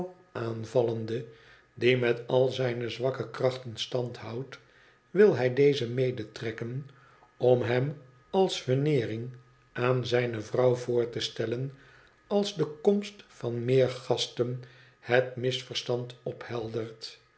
aanvallende die met al zijne zwakke krachten stand houdt wil hij dezen medetrekken om hem als veneering aan zijne vrouw voor te stellen als de komst van meer gasten het misverstand opheldert